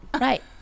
Right